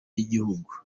y’igihugu